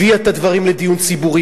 הביאה את הדברים לדיון ציבורי,